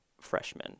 freshmen